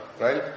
Right